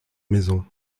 maison